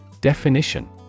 Definition